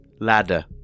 Ladder